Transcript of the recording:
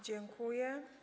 Dziękuję.